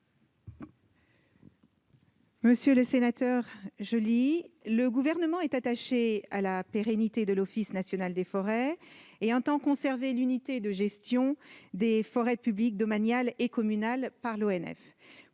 Monsieur le sénateur, le Gouvernement est attaché à la pérennité de l'ONF et entend conserver l'unité de gestion des forêts publiques domaniales et communales par l'Office.